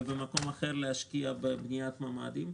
ובמקום אחר להשקיע בבניית ממ"דים,